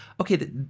okay